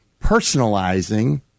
personalizing